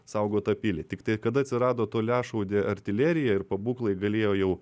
saugo tą pilį tiktai kada atsirado toliašaudė artilerija ir pabūklai galėjo jau